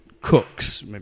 cooks